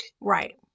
Right